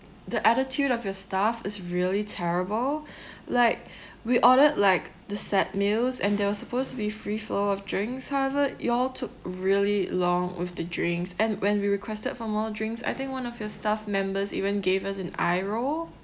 the attitude of your staff is really terrible like we ordered like the set meals and there was supposed to be free flow of drinks however y'all took really long with the drinks and when we requested for more drinks I think one of your staff members even gave us an eye roll